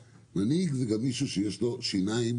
מנהיג זה גם מישהו שיש לו שיניים,